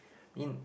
in